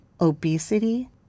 obesity